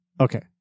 Okay